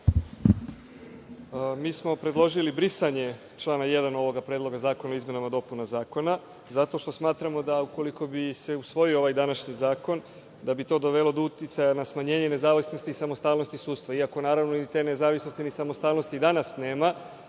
Mi smo predložili brisanje člana 1. ovog Predloga zakona o izmenama i dopunama Zakona zato što smatramo da, ukoliko bi se usvojio ovaj današnji zakon, to bi dovelo do uticaja na smanjenje nezavisnosti i samostalnosti sudstva, iako, naravno, te nezavisnosti i samostalnosti ni danas nema,